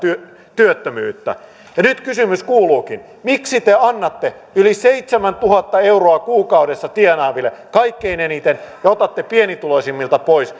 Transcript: työttömyyttä nyt kysymys kuulukin miksi te annatte yli seitsemäntuhatta euroa kuukaudessa tienaaville kaikkein eniten ja otatte pienituloisimmilta pois